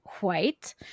white